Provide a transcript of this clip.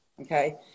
Okay